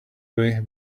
way